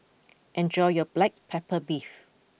enjoy your Black Pepper Beef